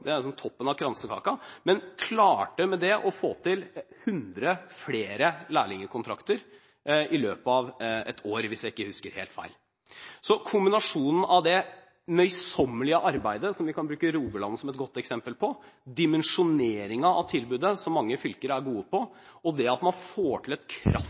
av kransekaka – og klarte med det å få 100 flere lærlingkontrakter i løpet av et år, hvis jeg ikke husker helt feil. Kombinasjonen av det møysommelige arbeidet, som vi kan bruke Rogaland som et godt eksempel på, dimensjoneringen av tilbudet, som mange fylker er gode i, og det at man får til et